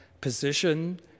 position